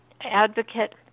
advocate